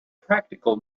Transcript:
practical